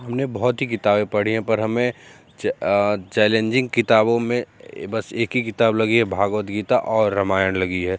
हमने बहुत ही किताबें पढ़ी हैं पर हमें च चैलेंजिंग किताबों में बस एक ही किताब लगी है भागवत गीता और रामायण लगी है